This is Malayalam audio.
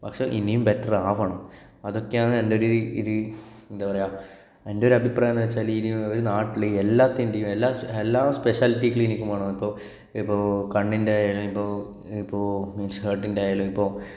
പക്ഷേ ഇനിയും ബെറ്റർ ആകണം അതൊക്കെയാണ് എൻ്റെ ഒരു ഒരു എന്താ പറയുക എൻ്റെ ഒരു അഭിപ്രായം എന്ന് വെച്ചാല് ഇനിയും ഒരു നാട്ടില് എല്ലാത്തിന്റെയും എല്ലാ സപ് എല്ലാ സ്പെഷ്യാലിറ്റി ക്ലിനിക്കും വേണം ഇപ്പോൾ ഇപ്പോൾ കണ്ണിന്റെ ആയാലും ഇപ്പോൾ ഇപ്പോൾ മീൻസ് ഹാർട്ടിന്റെ ആയാലും ഇപ്പോൾ